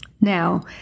Now